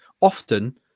often